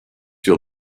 feel